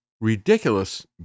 Ridiculous